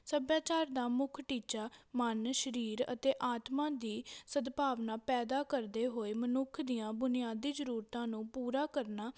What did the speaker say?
ਸੱਭਿਆਚਾਰ ਦਾ ਮੁੱਖ ਟੀਚਾ ਮਨ ਸਰੀਰ ਅਤੇ ਆਤਮਾ ਦੀ ਸਦਭਾਵਨਾ ਪੈਦਾ ਕਰਦੇ ਹੋਏ ਮਨੁੱਖ ਦੀਆਂ ਬੁਨਿਆਦੀ ਜ਼ਰੂਰਤਾਂ ਨੂੰ ਪੂਰਾ ਕਰਨਾ